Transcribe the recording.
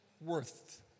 worth